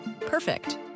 Perfect